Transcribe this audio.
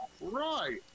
Right